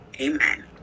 Amen